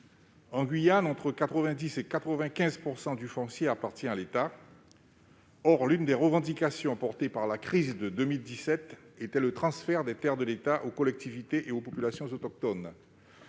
En Guyane, entre 90 % et 95 % du foncier appartient à l'État. Or l'une des revendications portées par la crise du printemps 2017 était le transfert de terres de l'État aux collectivités et aux populations autochtones.